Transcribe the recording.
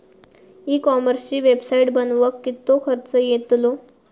E कॉमर्सची website बनवक किततो खर्च येतलो?